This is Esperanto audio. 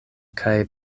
kaj